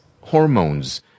hormones